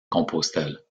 compostelle